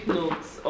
notes